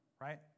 right